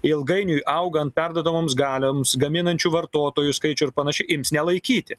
ilgainiui augant perduodamoms galioms gaminančių vartotojų skaičiui ir panašiai ims nelaikyti